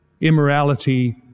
immorality